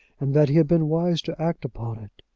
and that he had been wise to act upon it.